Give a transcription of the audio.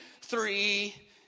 three